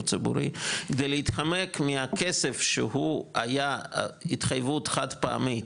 ציבורי כדי להתחמק מהכסף שהוא היה התחייבות חד-פעמית